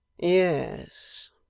yes